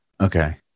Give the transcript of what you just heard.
okay